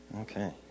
okay